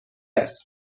است